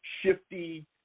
shifty